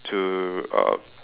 to err